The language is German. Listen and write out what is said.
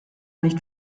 nicht